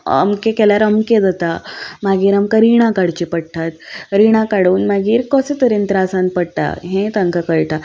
अमकें केल्यार अमकें जाता मागीर आमकां रिणां काडचीं पडटात रिणां काडून मागीर कशे तरेन त्रासांत पडटा हें तांकां कळटा